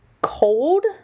cold